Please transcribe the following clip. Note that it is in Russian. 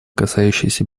касающиеся